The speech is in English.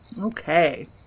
Okay